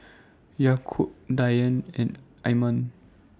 Yaakob Dian and Iman